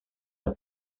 leur